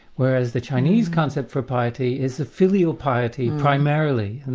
whereas the chinese concept for piety is the filial piety primarily. and